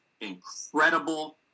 incredible